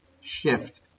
shift